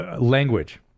language